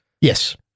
Yes